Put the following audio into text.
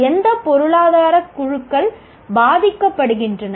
எந்த பொருளாதார குழுக்கள் பாதிக்கப்படுகின்றன